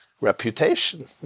reputation